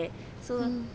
mm